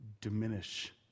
diminish